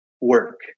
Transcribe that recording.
work